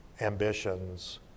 ambitions